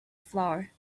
flour